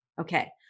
okay